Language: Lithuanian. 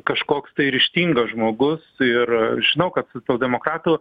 kažkoks tai ryžtingas žmogus ir žinau kad socialdemokratų